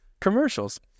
Commercials